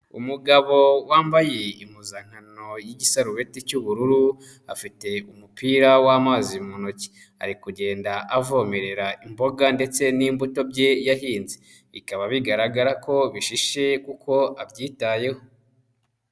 Umugabo wambaye impuzankano y'igisarubeti cy'ubururu afite umupira w'amazi mu ntoki, ari kugenda avomerera imboga ndetse n'imbuto bye yahinze, bikaba bigaragara ko bishishe kuko abyitayeho.